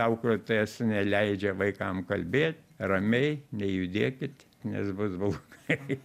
auklėtojas neleidžia vaikam kalbėt ramiai nejudėkit nes bus blogai